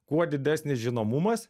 kuo didesnis žinomumas